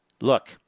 Look